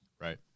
Right